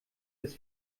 des